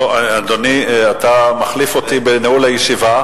אדוני, אתה מחליף אותי בניהול הישיבה.